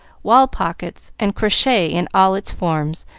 wall-pockets, and crochet in all its forms,